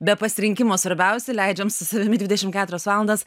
be pasirinkimo svarbiausia leidžiam su savimi dvidešimt keturias valandas